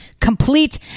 complete